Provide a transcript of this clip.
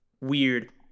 weird